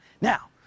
Now